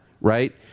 right